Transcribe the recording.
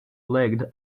legged